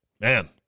Man